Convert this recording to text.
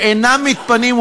ואינם מתפנים,